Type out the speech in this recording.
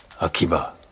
Akiba